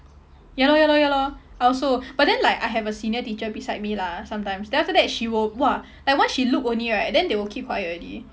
ya lor ya lor ya lor I also but then like I have a senior teacher beside me lah sometimes then after that she will !wah! like once she look only right then they will keep quiet already